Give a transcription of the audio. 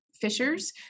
fishers